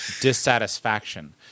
dissatisfaction